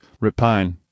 repine